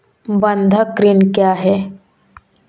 बंधक ऋण क्या है?